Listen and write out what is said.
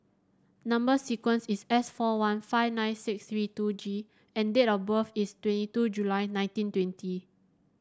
number sequence is S four one five nine six three two G and date of birth is twenty two July nineteen twenty